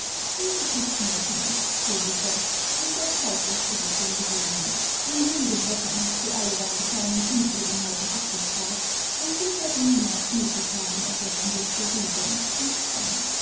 nun iß nur kind fuhr sie fort mit der zeit wirst du dich schon gewöhnen in wenigen wochen hast du alle deine kleinen unebenheiten abgestreift und wir werden niemals nötig haben etwas an dir zu rügen nicht wahr